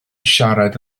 siarad